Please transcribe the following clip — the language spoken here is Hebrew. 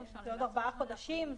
זה בעוד ארבעה חודשים.